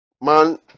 man